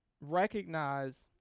recognize